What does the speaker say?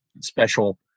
special